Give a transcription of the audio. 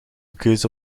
keuze